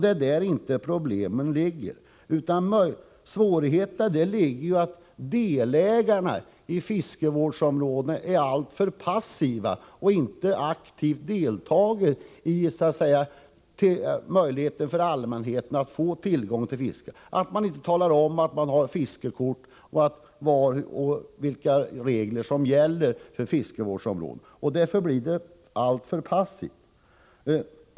Det är inte där problemen ligger, utan de ligger i att delägarna i fiskevårdsområdena är alltför passiva och inte aktivt engagerar sig beträffande möjligheten för allmänheten att få tillgång till fisket, inte upplyser om att det finns fiskekort att tillgå och vilka regler som gäller för fiskevårdsområdet.